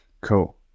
Cool